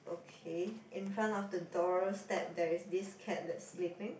okay in front of the doorstep there is this cat that sleeping